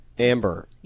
Amber